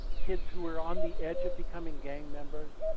kids who were on the edge of becoming gang members,